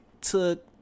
took